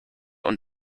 und